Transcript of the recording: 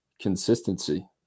consistency